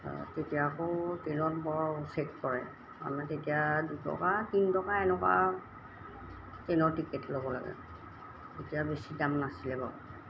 তেতিয়া আকৌ ট্ৰেইনত বৰ চেক কৰে মানে তেতিয়া দুটকা তিনি টকা এনেকুৱা ট্ৰেইনৰ টিকেট ল'ব লাগে তেতিয়া বেছি দাম নাছিলে বাৰু